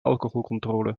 alcoholcontrole